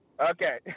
Okay